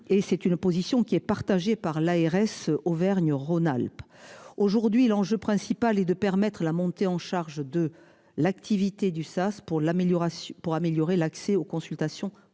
c'est une position qui est partagée par l'ARS Auvergne Rhône-Alpes. Aujourd'hui l'enjeu principal est de permettre à la montée en charge de l'activité du sas pour l'amélioration pour améliorer l'accès aux consultations